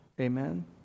Amen